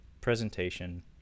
presentation